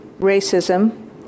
racism